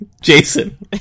jason